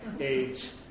age